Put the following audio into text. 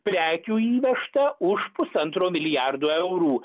prekių įvežta už pusantro milijardo eurų